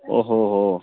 ꯑꯣ ꯍꯣ ꯍꯣ